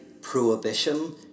prohibition